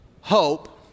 hope